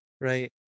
Right